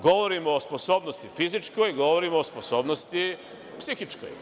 Govorim o sposobnosti fizičkoj, govorim o sposobnosti psihičkoj.